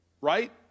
right